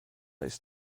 ist